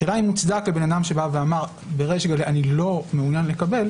השאלה אם מוצדק לאדם שאמר בריש גלי: אני לא מעונין לקבל,